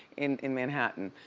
in in manhattan,